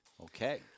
Okay